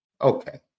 okay